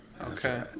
Okay